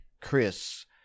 Chris